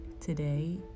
today